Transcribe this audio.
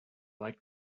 like